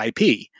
IP